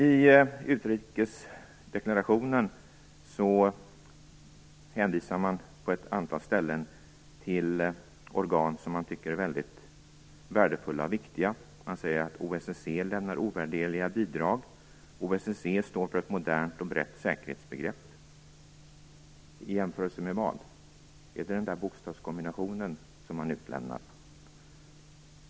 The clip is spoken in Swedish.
I utrikesdeklarationen hänvisar man på ett antal ställen till organ som man tycker är väldigt värdefulla och viktiga. Man säger att OSSE "lämnar ovärderliga bidrag" och att OSSE står för ett "modernt och brett säkerhetsbegrepp". Vad jämför man då med? Är det den där bokstavskombinationen som man utelämnar?